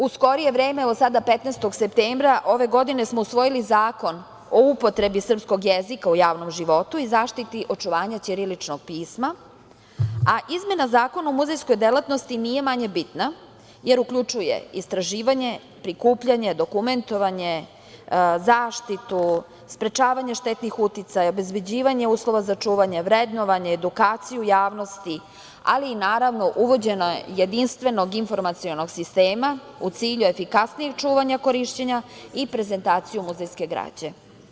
U skorije vreme, evo, sada 15. septembra ove godine smo usvojili Zakon o upotrebi srpskog jezika u javnom životu i zaštiti očuvanja ćiriličnog pisma, a izmena Zakona o muzejskoj delatnosti nije manje bitna, jer uključuje istraživanje, prikupljanje, dokumentovanje, zaštitu, sprečavanje štetnih uticaja, obezbeđivanje uslova za čuvanje, vrednovanje, edukaciju javnosti, ali i naravno, uvođenje jedinstvenog informacionog sistema u cilju efikasnijeg čuvanja, korišćenja i prezentaciju muzejske građe.